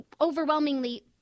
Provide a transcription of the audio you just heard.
overwhelmingly